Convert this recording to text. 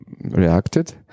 reacted